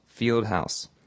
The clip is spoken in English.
Fieldhouse